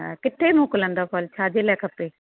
हा किथे मोकिलंदव फल छाजे लाइ खपे